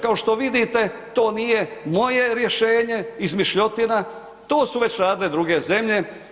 Kao što vidite to nije moje rješenje, izmišljotina, to su već radile druge zemlje.